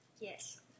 Yes